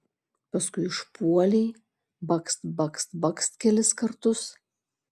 paskui užpuolei bakst bakst bakst kelis kartus